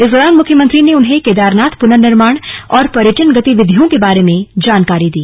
इस दौरान मुख्यमंत्री ने उन्हें केदारनाथ पुनर्निर्माण और पर्यटन गतिविधियों के बारे में जानकारी दी